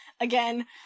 again